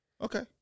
Okay